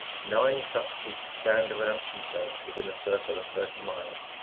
nine such peaks stand around quito within a circle of thirty miles.